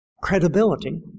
credibility